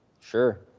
Sure